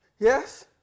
Yes